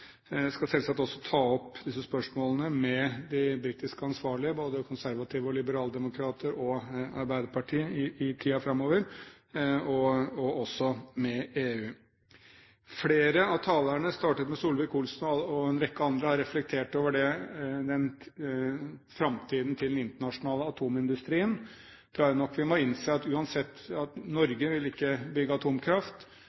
skal selvsagt også ta opp disse spørsmålene med de britiske ansvarlige, både konservative, liberaldemokrater og arbeiderpartiet i tiden framover og også med EU. Flere av talerne – det startet med Solvik-Olsen, og en rekke andre – har reflektert over framtiden til den internasjonale atomindustrien. Der tror jeg nok at vi må innse at uansett